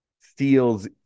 feels